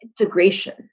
integration